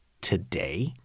today